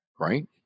Right